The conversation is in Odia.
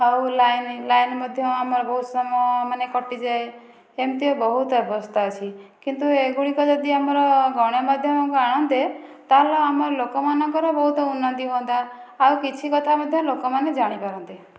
ଆଉ ଲାଇନ୍ ଲାଇନ୍ ମଧ୍ୟ ଆମର ବହୁତ ସମୟ କଟିଯାଏ ଏମିତି ବହୁତ ଅବସ୍ଥା ଅଛି କିନ୍ତୁ ଏଗୁଡ଼ିକ ଯଦି ଆମର ଗଣାମଧ୍ୟମକୁ ଆଣନ୍ତେ ତାହେଲେ ଆମ ଲୋକମାନଙ୍କର ବହୁତ ଉନ୍ନତି ହୁଅନ୍ତା ଆଉ କିଛି କଥା ମଧ୍ୟ ଲୋକମାନେ ଜାଣିପାରନ୍ତେ